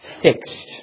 fixed